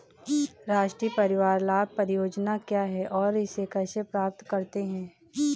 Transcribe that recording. राष्ट्रीय परिवार लाभ परियोजना क्या है और इसे कैसे प्राप्त करते हैं?